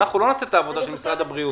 אנחנו לא נעשה את העבודה של משרד הבריאות.